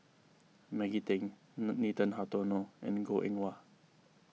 Maggie Teng Nathan Hartono and Goh Eng Wah